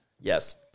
Yes